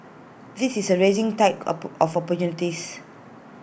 this is A rising tide op of opportunities